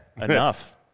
enough